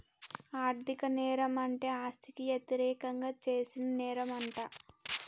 ఆర్ధిక నేరం అంటే ఆస్తికి యతిరేకంగా చేసిన నేరంమంట